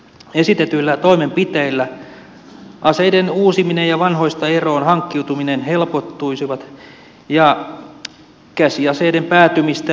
esitetyillä toimenpiteillä aseiden uusiminen ja vanhoista eroon hankkiutuminen helpottuisivat ja käsiaseiden päätymistä vääriin käsiin ehkäistäisiin